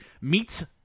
Meets